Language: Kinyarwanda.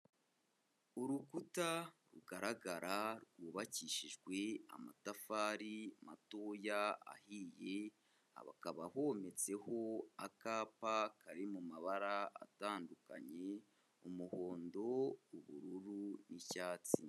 Urukuta rugaragara rwubakishijwe amatafari matoya ahiyi, hakaba hometseho akapa kari mumabara atandukanye umuhondo, ubururu n'icyatsi.